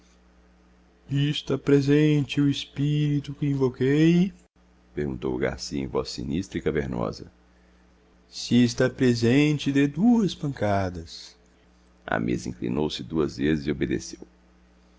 está presente o espírito que evoquei perguntou o garcia em voz sinistra e cavernosa se está presente dê duas pancadas a mesa inclinou-se duas vezes e obedeceu